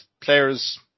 players